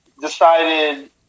decided